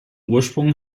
ursprung